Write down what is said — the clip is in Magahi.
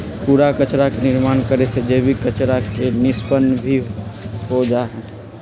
कूड़ा कचरा के निर्माण करे से जैविक कचरा के निष्पन्न भी हो जाहई